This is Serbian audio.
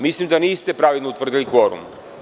Mislim da niste pravilno utvrdili kvorum.